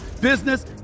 business